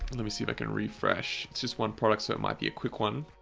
let me see if i can refresh. it's just one product so it might be a quick one.